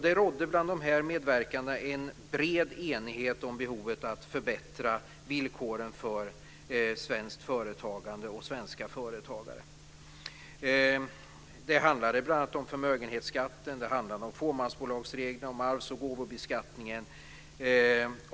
Det rådde bland de medverkande en bred enighet om behovet av att förbättra villkoren för svenskt företagande och svenska företagare. Det handlade bl.a. om förmögenhetsskatten, om fåmansbolagsreglerna och om arvs och gåvobeskattningen.